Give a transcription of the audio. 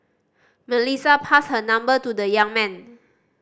Melissa passed her number to the young man